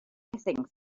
hissing